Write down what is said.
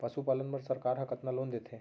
पशुपालन बर सरकार ह कतना लोन देथे?